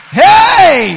hey